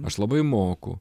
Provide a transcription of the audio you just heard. aš labai moku